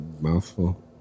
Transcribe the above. mouthful